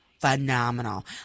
phenomenal